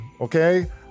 Okay